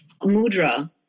mudra